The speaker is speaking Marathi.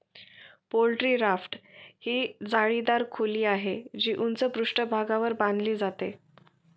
पोल्ट्री राफ्ट ही जाळीदार खोली आहे, जी उंच पृष्ठभागावर बांधली जाते